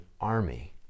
army